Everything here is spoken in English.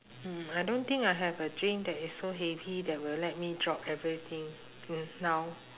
mm I don't think I have a dream that is so heavy that will let me drop everything n~ now